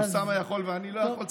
אוסאמה יכול ואני לא יכול?